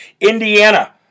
Indiana